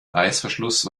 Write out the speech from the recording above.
reißverschluss